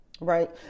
right